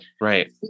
Right